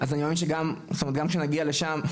אז אני מאמין שגם כשנגיע לשם,